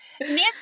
nancy